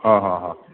हां हां हां